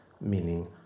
meaning